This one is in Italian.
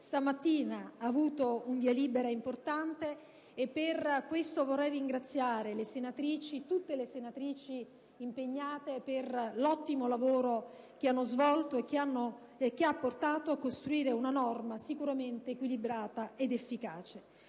stamattina ha avuto un via libera importante. Per questo vorrei ringraziare tutte le senatrici impegnate per l'ottimo lavoro svolto, che ha portato a costruire una normativa sicuramente equilibrata ed efficace.